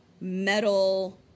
metal